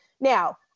Now